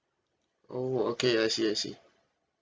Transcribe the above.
oh okay I see I see